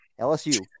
LSU